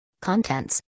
Contents